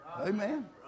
Amen